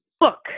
book